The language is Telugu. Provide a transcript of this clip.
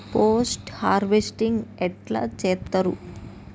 పోస్ట్ హార్వెస్టింగ్ ఎట్ల చేత్తరు?